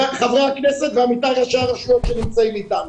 לחברי הכנסת ולשאר שנמצאים אתנו.